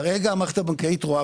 כרגע המערכת הבנקאית רואה,